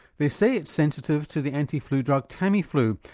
they say it's sensitive to the anti-flu drug tamiflu,